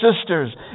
sisters